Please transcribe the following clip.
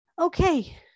Okay